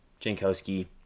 Jankowski